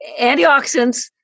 antioxidants